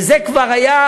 וזה כבר היה,